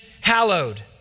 hallowed